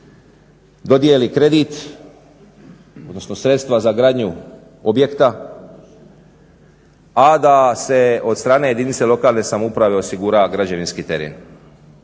dodijeli kredit odnosno sredstva za gradnju objekta, a da se od strane jedinice lokalne samouprave osigura građevinski teren.